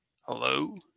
hello